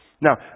Now